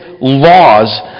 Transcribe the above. laws